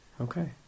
Okay